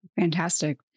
Fantastic